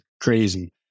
crazy